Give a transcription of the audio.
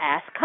Ask